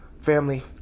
Family